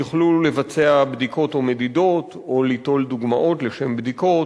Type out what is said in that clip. יוכלו לבצע בדיקות או מדידות או ליטול דוגמאות לשם בדיקות,